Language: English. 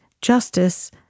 justice